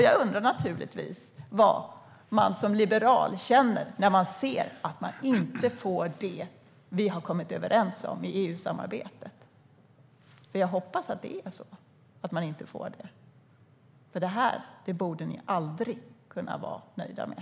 Jag undrar naturligtvis vad man som liberal känner när det inte blir så som man har kommit överens om i EU-samarbetet. Men jag hoppas att det är så, för det här borde ni aldrig vara nöjda med.